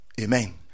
Amen